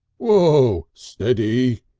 whoa! stead-y.